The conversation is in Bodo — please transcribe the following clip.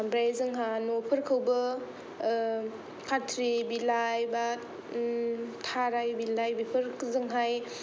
ओमफ्राय जोंहा न'फोरखौबो खाथ्रि बिलाइ बा थाराइ बिलाइ बेफोरजोंहाय